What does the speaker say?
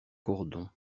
cordon